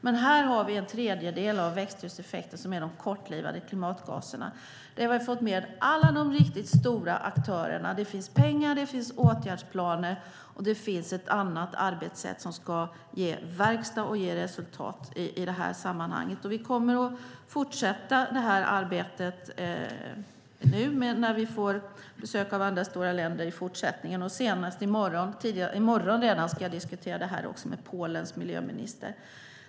Men här har vi en tredjedel av växthuseffekten, de kortlivade klimatgaserna, där vi har fått med alla de riktigt stora aktörerna. Det finns pengar och åtgärdsplaner, och det finns ett annat arbetssätt som ska ge verkstad och resultat i detta sammanhang. Vi kommer att fortsätta arbetet nu när vi får besök av andra stora länder i fortsättningen. Redan i morgon ska jag diskutera det här med Polens miljöminister.